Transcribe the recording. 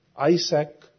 Isaac